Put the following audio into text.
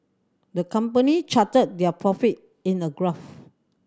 the company charted their profit in a graph